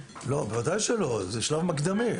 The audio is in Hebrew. לא, בוודאי שלא, זה שלב מקדמי.